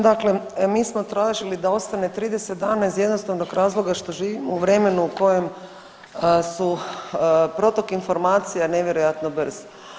Dakle, mi smo tražili da ostane 30 dana iz jednostavnog razloga što živimo u vremenu u kojem su protok informacija nevjerojatno brz.